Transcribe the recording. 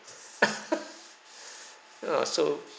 err so